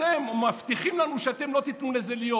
אתם מבטיחים לנו שאתם לא תיתנו לזה להיות.